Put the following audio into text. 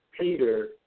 Peter